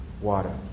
water